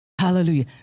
Hallelujah